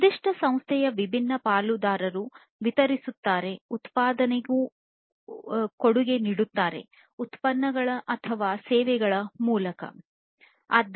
ನಿರ್ದಿಷ್ಟ ಸಂಸ್ಥೆಯ ವಿಭಿನ್ನ ಪಾಲುದಾರರು ಉತ್ಪನ್ನಗಳ ಅಥವಾ ಸೇವೆಗಳ ಮೂಲಕ ಉತ್ಪಾದನೆಗೆ ಕೊಡುಗೆ ನೀಡುತ್ತಾರೆ